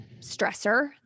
stressor